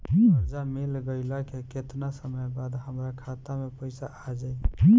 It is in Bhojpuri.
कर्जा मिल गईला के केतना समय बाद हमरा खाता मे पैसा आ जायी?